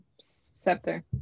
Scepter